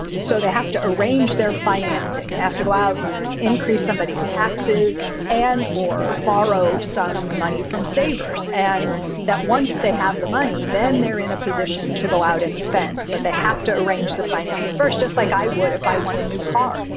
so they have to arrange their financing after go out and increase somebodies taxes and or borrow some money from savers. and that once they have the money, then they're in a position to go out and spend. but they have to arrange the financing first, just like i would if i want a new car.